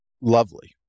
Lovely